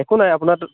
একো নাই আপোনাক